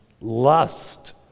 lust